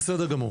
בסדר גמור.